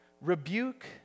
rebuke